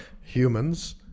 Humans